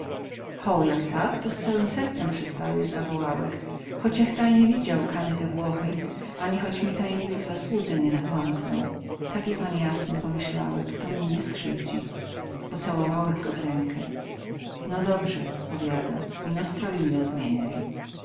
ho jak tak to z całym sercem przystaję zawołałech choć ech ta i nie wiedział kany te włochy ani choć mi ta i nic o zasłudze nie napomknął taki pan jasny pomyślałech to mie nie skrzywdzi pocałowałech go w rękę no dobrze powiada ino stroju nie odmieniaj